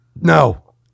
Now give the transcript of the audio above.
No